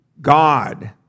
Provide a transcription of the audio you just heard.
God